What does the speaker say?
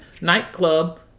nightclub